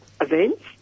events